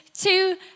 two